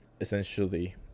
essentially